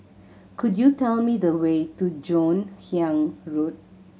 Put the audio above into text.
could you tell me the way to Joon Hiang Road